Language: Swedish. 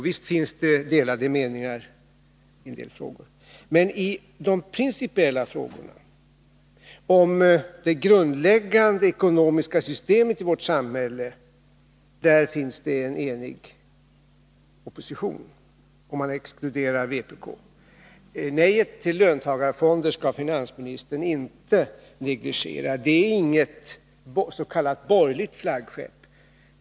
Visst finns det delade meningar i vissa frågor, men i de principiella frågorna, om det grundläggande ekonomiska systemet i vårt samhälle, finns det en enig opposition, om man exkluderar vpk. Nejet till löntagarfonder skall finansministern inte negligera. Det är inget s.k. borgerligt flaggskepp.